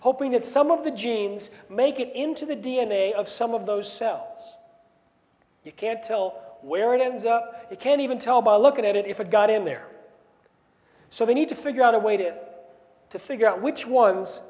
hoping that some of the genes make it into the d n a of some of those cells you can't tell where it ends up they can't even tell by looking at it if it got in there so they need to figure out a way to to figure out which ones